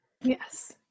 Yes